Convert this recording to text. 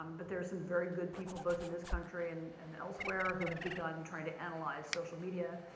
um but there are some very good people both in this country and and elsewhere who have begun trying to analyze social media.